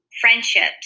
friendships